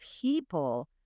people